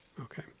Okay